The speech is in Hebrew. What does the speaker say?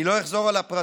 אני לא אחזור על הפרטים,